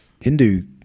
Hindu